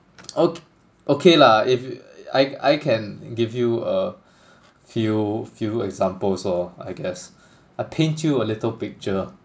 ok~ okay lah if I I can give you a few few examples or I guess I paint you a little picture